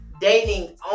dating